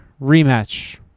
rematch